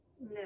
No